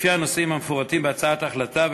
לפי הנושאים המפורטים בהצעת ההחלטה,